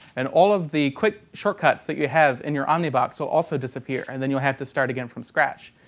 and all of the quick short cuts that you have in your omnibox will also disappear. and then you'll have to start again from scratch.